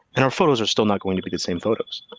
and our photos are still not going to be the same photos,